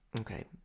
Okay